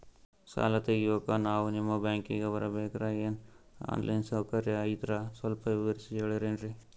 ಸಾಲ ತೆಗಿಯೋಕಾ ನಾವು ನಿಮ್ಮ ಬ್ಯಾಂಕಿಗೆ ಬರಬೇಕ್ರ ಏನು ಆನ್ ಲೈನ್ ಸೌಕರ್ಯ ಐತ್ರ ಸ್ವಲ್ಪ ವಿವರಿಸಿ ಹೇಳ್ತಿರೆನ್ರಿ?